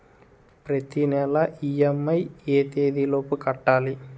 ప్రతినెల ఇ.ఎం.ఐ ఎ తేదీ లోపు కట్టాలి?